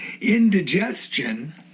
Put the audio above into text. indigestion